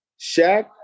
Shaq